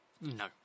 No